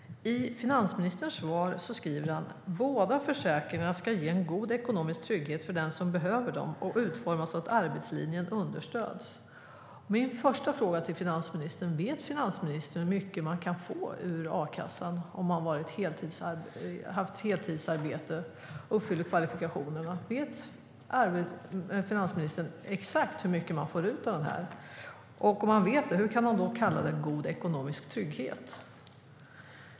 Finansministern sade att "båda försäkringarna ska ge en god ekonomisk trygghet för dem som behöver dem och utformas så att arbetslinjen understöds". Vet finansministern hur mycket man kan få ur a-kassan om man har haft ett heltidsarbete och uppfyller kvalifikationerna? Vet finansministern exakt hur mycket man får ut av försäkringen? Om han vet, hur kan han då kalla det god ekonomisk trygghet?